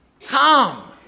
Come